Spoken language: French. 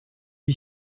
lui